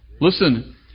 Listen